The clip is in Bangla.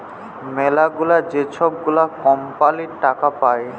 ম্যালাগুলা যে ছব গুলা কম্পালির টাকা পায়